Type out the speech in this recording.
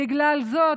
בגלל זה,